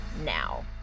now